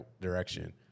direction